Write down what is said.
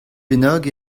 bennak